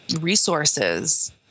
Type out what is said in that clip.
resources